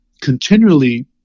continually